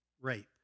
rape